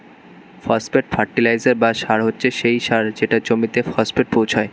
phosphate fertiliser বা সার হচ্ছে সেই সার যেটা জমিতে ফসফেট পৌঁছায়